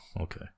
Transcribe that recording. okay